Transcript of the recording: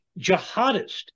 jihadist